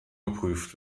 geprüft